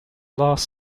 last